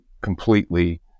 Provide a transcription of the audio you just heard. completely